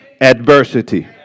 adversity